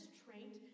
trait